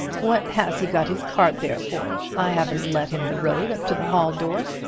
what has he got his cart there for? i haven't let him the road up to the hall door.